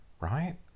right